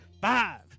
Five